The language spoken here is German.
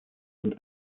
und